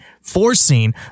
forcing